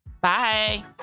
bye